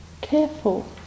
careful